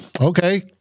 Okay